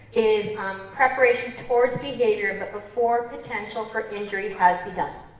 is preparation towards behavior but before potential for injury has begun.